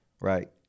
right